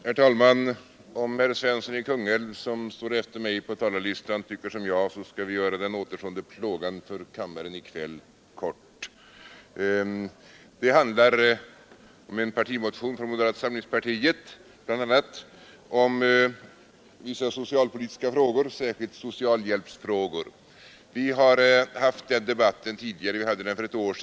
Herr talman! Om herr Svensson i Kungälv, som står efter mig på talarlistan, tycker som jag skall vi göra den återstående plågan för kammaren i kväll kort. Detta ärende handlar bland annat om en partimotion från moderata samlingspartiet rörande vissa socialpolitiska frågor, särskilt socialhjälpsfrågor. Vi har haft den debatten tidigare — vi hade den för ett år sedan.